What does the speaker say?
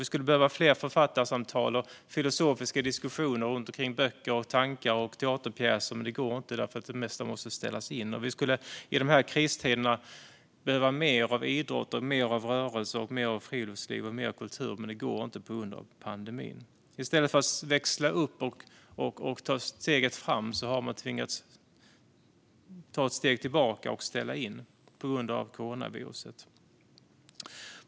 Vi skulle behöva författarsamtal och filosofiska diskussioner om böcker, tankar och teaterpjäser, men det går inte, för det mesta måste ställas in. Och i dessa kristider skulle vi behöva mer av idrott, rörelse, friluftsliv och kultur, men det går inte på grund av pandemin. I stället för att växla upp och ta ett steg framåt har man tvingats ta ett steg tillbaka och ställa in på grund av coronaviruset.